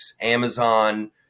Amazon